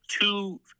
two